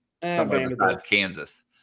kansas